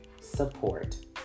support